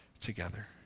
together